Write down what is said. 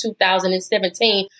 2017